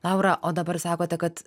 laura o dabar sakote kad